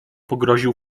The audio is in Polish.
pogroził